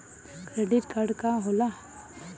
Credit card का होला?